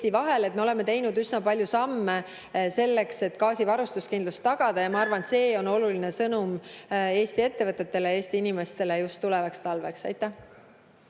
Me oleme teinud üsna palju samme selleks, et gaasivarustuskindlust tagada. Ma arvan, et see on oluline sõnum Eesti ettevõtetele ja Eesti inimestele tulevaks talveks. Aitäh!